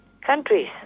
countries